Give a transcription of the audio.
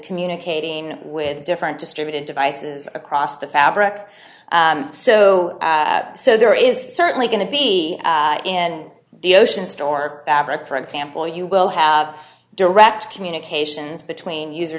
communicating with different distributed devices across the fabric so so there is certainly going to be in the ocean store patric for example you will have direct communications between user